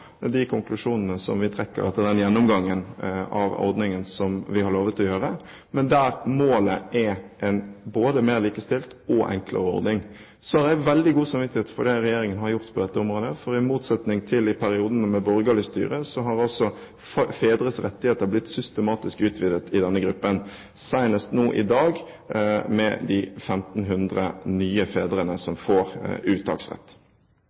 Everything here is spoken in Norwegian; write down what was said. de konklusjonene vi trekker, etter den gjennomgangen av ordningen som vi har lovet å gjøre, men der målet er både en mer likestilt og en enklere ordning. Jeg har veldig god samvittighet for det regjeringen har gjort på dette området, for i motsetning til i perioden med borgerlig styre har også fedres rettigheter i denne gruppen blitt systematisk utvidet – senest nå i dag, med de 1 500 nye fedrene som får uttaksrett.